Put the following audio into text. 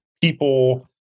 people